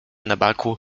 nabaku